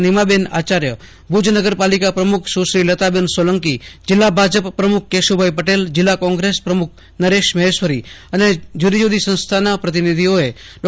નીમાબેન આચાર્ય નગરપાલિકા પ્રમુખ લતાબેન સોલંકીજીલ્લા ભાજપ પ્રમુખ કેશુભાઈ પટેલજીલ્લા કોંગ્રેસ પ્રમુખ નરેશ મહેશ્વરી અને જુદી જુદી સંસ્થાના પ્રતિનિધીઓએ ડો